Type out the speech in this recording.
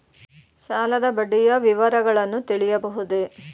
ಸಾಲದ ಬಡ್ಡಿಯ ವಿವರಗಳನ್ನು ತಿಳಿಯಬಹುದೇ?